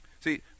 See